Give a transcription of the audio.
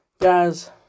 Guys